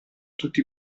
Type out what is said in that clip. tutti